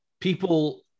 people